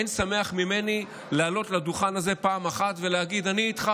אין שמח ממני לעלות לדוכן הזה פעם אחת ולהגיד "אני איתך"